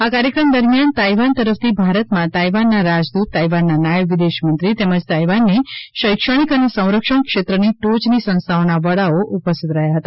આ કાર્યક્રમ દરમિયાન તાઇવાન તરફથી ભારતમાં તાઇવાનના રાજદૂત તાઇવાનના નાયબ વિદેશ મંત્રી તેમજ તાઇવાનની શૈક્ષણિક અને સંરક્ષણ ક્ષેત્રની ટોચની સંસ્થાઓના વડાઓ ઉપસ્થિત રહ્યા હતા